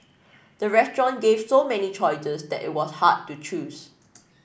the restaurant gave so many choices that it was hard to choose